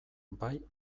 bai